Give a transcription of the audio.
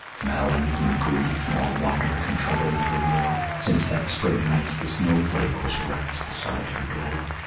malyn, whom grief nor wonder can trouble nevermore, since that spring night the snowflake was wrecked beside her door,